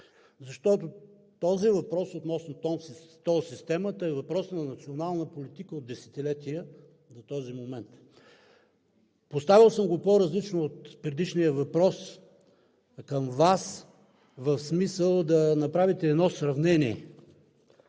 Защото въпросът относно тол системата е въпрос на национална политика от десетилетия до този момент. Поставял съм го по-различно от предишния въпрос към Вас в смисъл да направите едно сравнение.